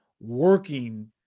working